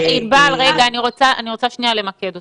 אני רוצה למקד אותך.